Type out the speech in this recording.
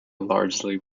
largely